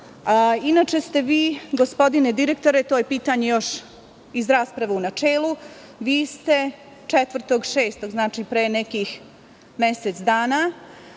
Inače ste vi, gospodine direktore, to je pitanje još iz rasprave u načelu, vi ste 4. juna, znači pre nekih mesec dana,